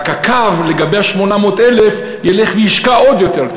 רק הקו לגבי ה-800,000 ילך וישקע עוד יותר,